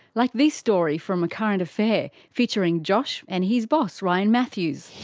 like this story from a current affair featuring josh and his boss, ryan matthews.